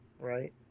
Right